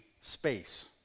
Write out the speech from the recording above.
space